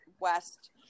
west